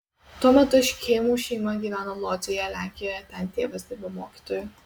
tuo metu škėmų šeima gyveno lodzėje lenkijoje ten tėvas dirbo mokytoju